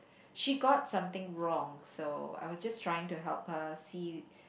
she got something wrong so I was just trying to help her see